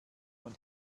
man